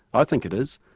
i think it is.